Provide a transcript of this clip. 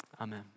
Amen